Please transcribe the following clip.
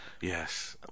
yes